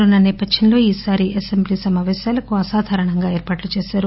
corona నేపథ్యం లో ఈ సారి అసెంబ్లీ సమాపేశాలకు అసాధారణ ఏర్పాట్లు చేశారు